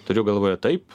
turiu galvoje taip